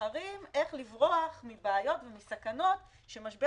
שמתחרים איך לברוח מבעיות ומסכנות שמשבר